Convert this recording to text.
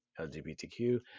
LGBTQ